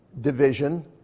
division